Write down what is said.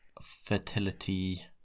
fertility